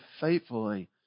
faithfully